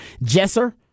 Jesser